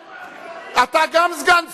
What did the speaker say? אתה גם סגן שר,